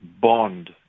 bond